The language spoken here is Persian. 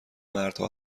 مردها